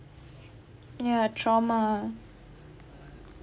ya trauma